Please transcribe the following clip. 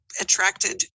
attracted